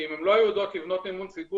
כי אם הן לא היו יודעות לבנות אמון ציבור,